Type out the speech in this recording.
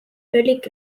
völlig